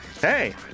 Hey